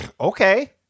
Okay